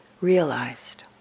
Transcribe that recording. realized